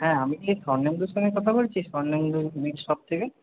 হ্যাঁ আমি কি স্বর্নেন্দুর সঙ্গে কথা বলছি স্বর্নেন্দু মিট শপ থেকে